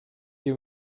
you